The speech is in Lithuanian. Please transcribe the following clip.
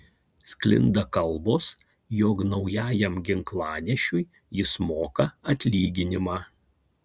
sklinda kalbos jog naujajam ginklanešiui jis moka atlyginimą